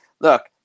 Look